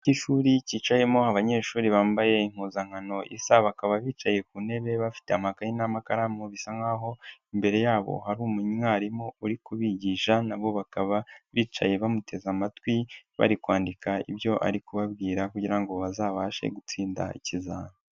Cy'ishuri cyicayemo abanyeshuri bambaye impuzankano isa bakaba bicaye ku ntebe bafite amakaye n'amakaramu bisa nkaho imbere yabo hari umwarimu uri kubigisha nabo bakaba bicaye bamuteze amatwi, bari kwandika ibyo ari kubabwira kugira ngo bazabashe gutsinda ikizami.